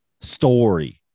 story